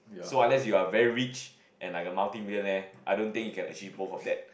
so unless you are very rich and like a multi millionaire I don't thing you can achieve both of that